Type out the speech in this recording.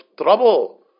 trouble